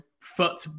foot